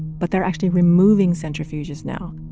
but they're actually removing centrifuges now.